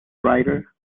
writer